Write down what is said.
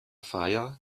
feier